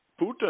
putin